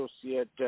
associate